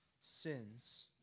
sins